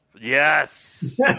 Yes